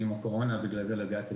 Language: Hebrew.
אני עם קורונה ובגלל זה לא הגעתי.